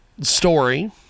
story